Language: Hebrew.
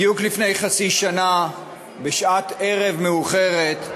בדיוק לפני חצי שנה, בשעת ערב מאוחרת,